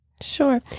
Sure